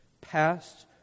past